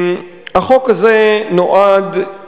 החוק הזה נועד,